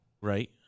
Right